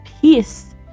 peace